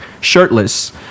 shirtless